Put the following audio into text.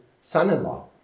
son-in-law